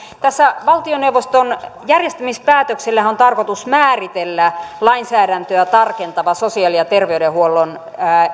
tässä valtioneuvoston järjestämispäätöksellähän on tarkoitus määritellä lainsäädäntöä tarkentava sosiaali ja terveydenhuollon